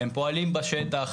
הם פועלים בשטח.